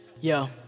Yo